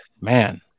man